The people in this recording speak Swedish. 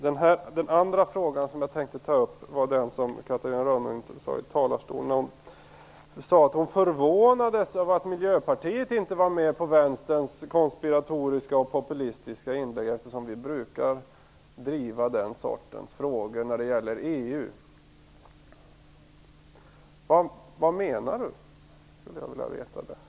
Den andra frågan jag tänkte ta upp är den som Catarina Rönnung berörde när hon i talarstolen sade att hon förvånades över att Miljöpartiet inte var med på Vänsterns konspiratoriska och populistiska inlägg eftersom vi brukar driva den sortens frågor när det gäller EU. Vad menar Catarina Rönnung?